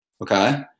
Okay